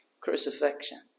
Crucifixion